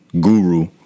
guru